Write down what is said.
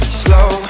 slow